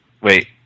Wait